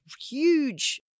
huge